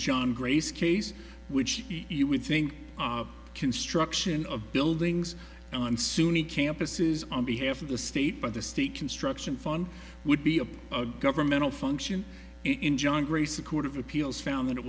john grace case which you would think construction of buildings and on sunni campuses on behalf of the state by the state construction fund would be a governmental function in john grace a court of appeals found that it